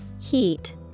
heat